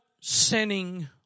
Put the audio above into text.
sinning